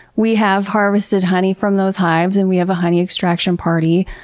we have harvested honey from those hives and we have a honey extraction party.